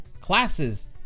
classes